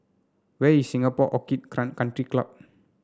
where is Singapore Orchid Country Club